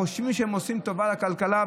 חושבים שהם עושים טובה לכלכלה,